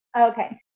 Okay